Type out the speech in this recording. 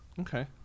Okay